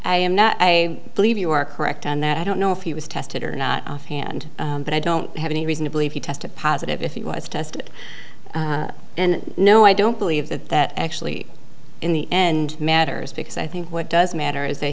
relevant i believe you are correct and that i don't know if he was tested or not offhand but i don't have any reason to believe he tested positive if he was tested and no i don't believe that that actually in the end matters because i think what does matter is that